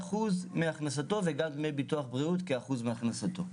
אחוז מהכנסתו לביטוח לאומי וגם אחוז מהכנסתו לביטוח בריאות.